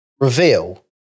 reveal